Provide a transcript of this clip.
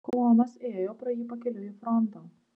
kolonos ėjo pro jį pakeliui į frontą